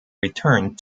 returned